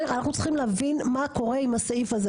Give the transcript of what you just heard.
אנחנו צריכים להבין מה קורה עם הסעיף הזה?